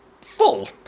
full